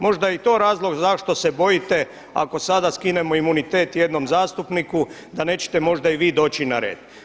Možda je i to razlog zašto se bojite ako sada skinemo imunitet jednom zastupniku da nećete možda i vi doći na red.